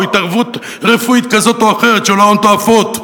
או התערבות רפואית כזאת או אחרת שעולה הון תועפות,